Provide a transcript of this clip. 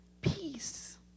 peace